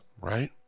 right